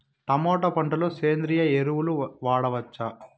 Tomato పంట లో సేంద్రియ ఎరువులు వాడవచ్చా?